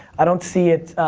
i don't see it.